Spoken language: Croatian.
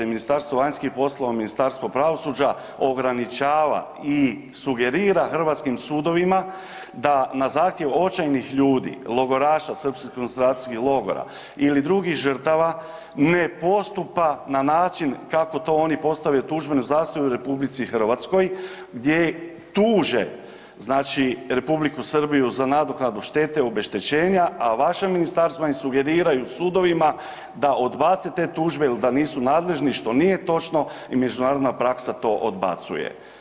Ministarstvo vanjskih poslova, Ministarstvo pravosuđa ograničava i sugerira hrvatskim sudovima da na zahtjev očajnih ljudi, logoraša srpskih koncentracijskih logora ili drugih žrtava ne postupa na način kako to oni postave u tužbenom zahtjevu u RH gdje tuže, znači Republiku Srbiju za nadoknadu štete obeštećenja, a vaša ministarstva im sugeriraju sudovima da odbace te tužbe jel da nisu nadležni, što nije točno i međunarodna praksa to odbacuje.